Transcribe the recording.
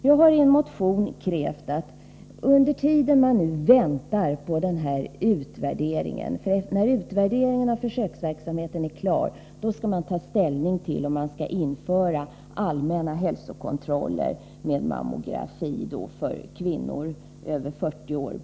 Jag har i min motion krävt slopande av remisstvånget när det gäller mammografiundersökningar. När utvärderingen av försöksverksamheten är klar, skall man ta ställning till om det skall införas allmänna hälsokontroller med mammografi för kvinnor över 40 år.